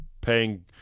paying